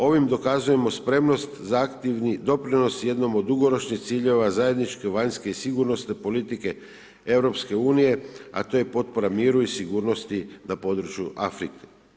Ovim dokazujemo spremnost zahtjevni doprinos jednom od dugoročnih ciljeva zajedničke vanjske i sigurnosne politike EU a to je potpora miru i sigurnosti na području Afrike.